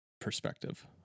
perspective